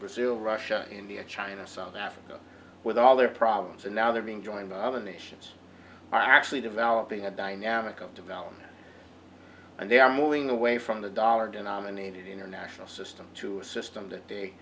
brazil russia india china south africa with all their problems and now they're being joined by other nations are actually developing a dynamic of development and they are moving away from the dollar denominated international system to a system that